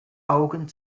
augen